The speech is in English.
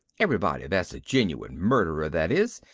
everybody that's a genuine murderer, that is,